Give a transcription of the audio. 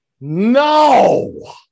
No